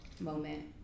moment